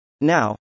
Now